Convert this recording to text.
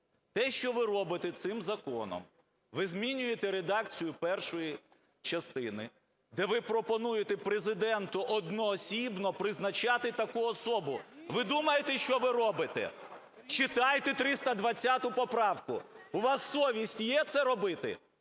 Те, що ви робите цим законом, ви змінюєте редакцію першої частини, де ви пропонуєте Президенту одноосібно призначати таку особу. Ви думаєте, що ви робите? Читайте 320 поправку. У вас совість є це робити?